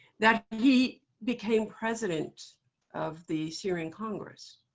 that he became president of the syrian congress.